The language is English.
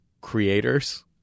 creators